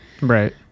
Right